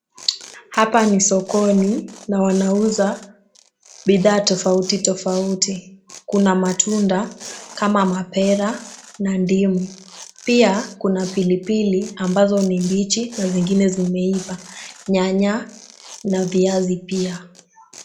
Hapa ni sokoni na wanauza bidhaa tofauti tofauti. Kuna matunda kama mapera na ndimu. Pia kuna pilipili ambazo ni mbichi na zingine zimeiva, nyanya na viazi pia.